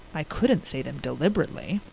i couldn't say them deliberately.